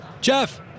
Jeff